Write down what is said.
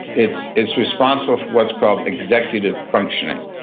it's it's responsible for what's called executive functioning.